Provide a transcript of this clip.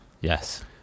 Yes